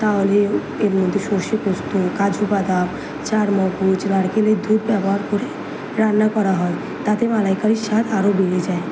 তাহলে এর মধ্যে সর্ষে পোস্ত কাজু বাদাম চার মগজ নারকেলের দুধ ব্যবহার করে রান্না করা হয় তাতে মালাইকারির স্বাদ আরও বেড়ে যায়